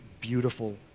beautiful